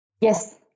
Yes